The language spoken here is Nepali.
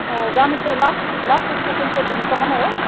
जानु चाहिँ लास्ट लास्ट स्टेसन चाहिँ घुमसम्म नै हो